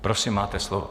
Prosím, máte slovo.